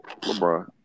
LeBron